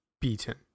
beaten